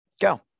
Go